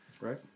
Right